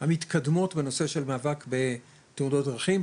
המתקדמות בנושא של מאבק בתאונות דרכים,